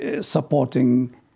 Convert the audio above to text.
supporting